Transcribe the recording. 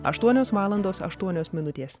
aštuonios valandos aštuonios minutės